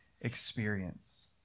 experience